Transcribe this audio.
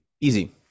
Easy